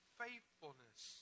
faithfulness